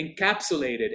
encapsulated